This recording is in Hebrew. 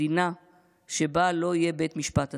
מדינה שבה לא יהיה בית משפט עצמאי.